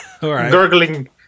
gurgling